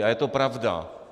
A je to pravda.